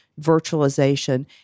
virtualization